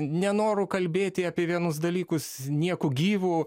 nenoru kalbėti apie vienus dalykus nieko gyvo